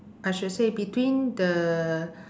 I should say between the